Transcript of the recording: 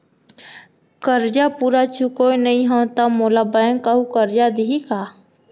करजा पूरा चुकोय नई हव त मोला बैंक अऊ करजा दिही का?